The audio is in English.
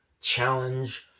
challenge